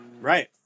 Right